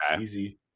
easy